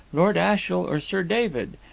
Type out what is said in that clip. lord ashiel or sir david.